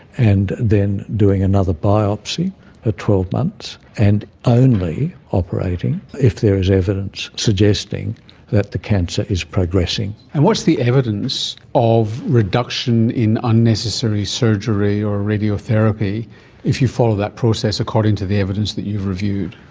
and then doing another biopsy at twelve months. and only operating if there is evidence suggesting that the cancer is progressing. and what's the evidence of reduction in unnecessary surgery or radiotherapy if you follow that process according to the evidence that you've reviewed?